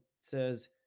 says